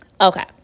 Okay